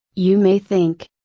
you may think.